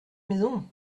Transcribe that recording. maison